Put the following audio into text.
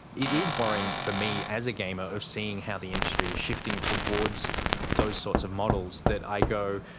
it is worrying for me as a gamer of seeing how the industry is shifting towards those sorts of models that i go,